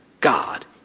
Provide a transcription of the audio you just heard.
God